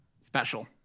special